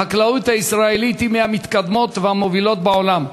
החקלאות הישראלית היא מהמתקדמות והמובילות בעולם.